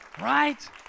Right